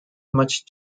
much